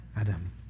Adam